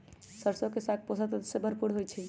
सरसों के साग पोषक तत्वों से भरपूर होई छई